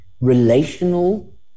relational